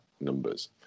numbers